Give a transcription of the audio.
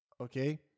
okay